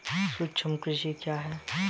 सूक्ष्म कृषि क्या है?